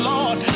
Lord